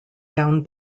down